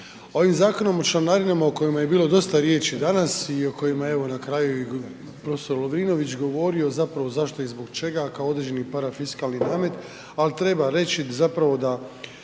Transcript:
Ovim Zakonom o članarinama o kojima je bilo dosta riječi danas i o kojima je evo na kraju i prof. Lovrinović govorio, zapravo zašto i zbog čega kao određeni parafiskalni namet, al treba reći zapravo da